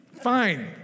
Fine